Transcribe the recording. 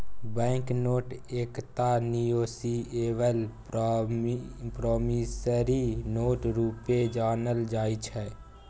bank note एकटा negotiable promissory note रुपे जानल जाइ छै